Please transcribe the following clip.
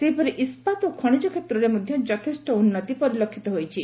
ସେହିପରି ଇସ୍ସାତ ଓ ଖଣିଜ କ୍ଷେତ୍ରରେ ମଧ୍ୟ ଯଥେଷ୍ ଉନୁତି ପରିଲକ୍ଷିତ ହୋଇଛି